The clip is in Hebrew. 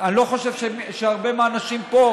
אני לא חושב שהרבה מהאנשים פה,